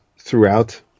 throughout